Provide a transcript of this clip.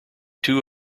two